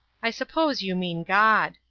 i suppose you mean god.